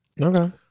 okay